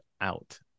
out